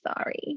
sorry